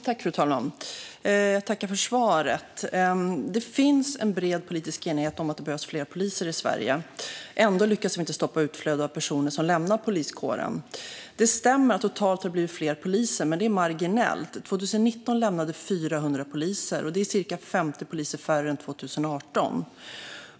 Fru talman! Jag tackar för svaret. Det finns en bred politisk enighet om att det behövs fler poliser i Sverige. Ändå lyckats vi inte stoppa utflödet av personer som lämnar poliskåren. Det stämmer att det totalt har blivit fler poliser, men det är marginellt. År 2019 lämnade 400 poliser yrket, och det är ca 50 poliser färre än 2018.